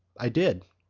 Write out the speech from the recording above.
i did.